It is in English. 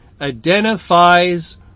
identifies